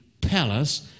palace